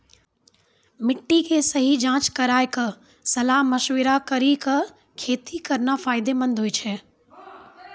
मिट्टी के सही जांच कराय क सलाह मशविरा कारी कॅ खेती करना फायदेमंद होय छै